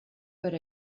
per